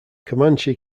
comanche